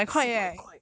四百块